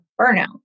burnout